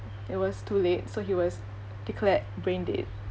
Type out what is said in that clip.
it was too late so he was declared brain dead